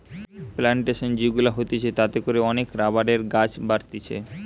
plantation যে গুলা হতিছে তাতে করে অনেক রাবারের গাছ বাড়তিছে